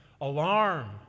alarm